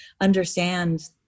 understand